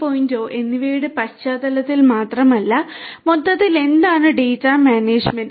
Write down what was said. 0 എന്നിവയുടെ പശ്ചാത്തലത്തിൽ മാത്രമല്ല മൊത്തത്തിൽ എന്താണ് ഡാറ്റ മാനേജ്മെന്റ്